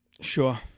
sure